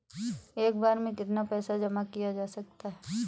एक बार में कितना पैसा जमा किया जा सकता है?